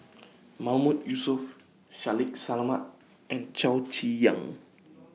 Mahmood Yusof Shaffiq Selamat and Chow Chee Yong